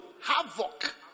havoc